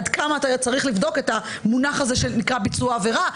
עד כמה אתה צריך לבדוק את המונח הזה שנקרא ביצוע עבירה,